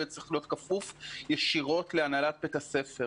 הוא צריך להיות כפוף ישירות להנהלת בית הספר